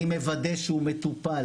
אני מוודא שהוא מטופל.